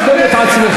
כבד את עצמך,